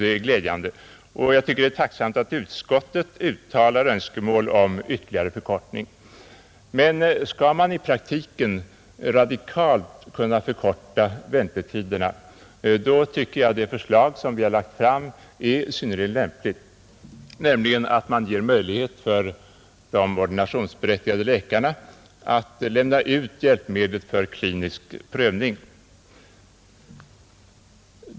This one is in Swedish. Det är glädjande, och jag tycker att det är tacknämligt att utskottet uttalar önskemål om ytterligare förkortning. Men skall man i praktiken radikalt kunna förkorta väntetiderna, så tycker jag att det förslag som vi har lagt fram är synnerligen lämpligt, nämligen att man ger möjlighet för de ordinationsberättigade läkarna att lämna ut hjälpmedlet för klinisk prövning.